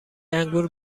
انگور